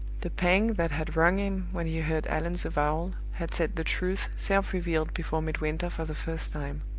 the pang that had wrung him when he heard allan's avowal had set the truth self-revealed before midwinter for the first time.